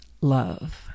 love